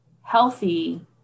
healthy